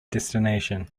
destination